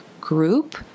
group